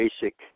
basic